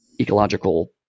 ecological